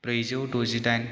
ब्रैजौ द'जिदाइन